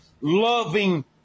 loving